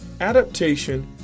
Adaptation